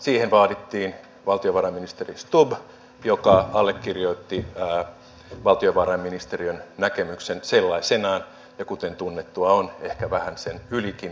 siihen vaadittiin valtiovarainministeri stubb joka allekirjoitti valtiovarainministeriön näkemyksen sellaisenaan ja kuten tunnettua on ehkä vähän sen ylikin